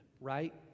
right